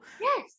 Yes